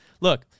Look